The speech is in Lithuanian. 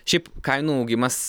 šiaip kainų augimas